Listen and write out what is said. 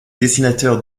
dessinateurs